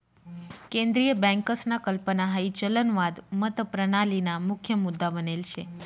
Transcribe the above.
केंद्रीय बँकसना कल्पना हाई चलनवाद मतप्रणालीना मुख्य मुद्दा बनेल शे